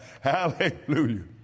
Hallelujah